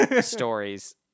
stories